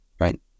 Right